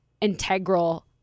integral –